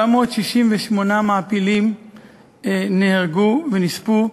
768 מעפילים נהרגו ונספו,